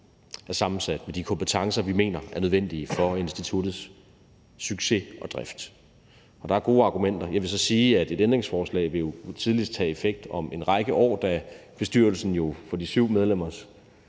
er sammensat med de kompetencer, vi mener er nødvendige for instituttets succes og drift, og der er der gode argumenter. Jeg vil så sige, at et ændringsforslag jo tidligst vil have effekt om en række år, da bestyrelsen for de 7 medlemmers